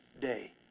day